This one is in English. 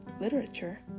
Literature